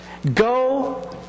Go